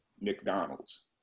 McDonald's